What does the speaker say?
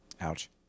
Ouch